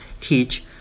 Teach